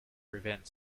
prevent